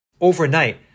overnight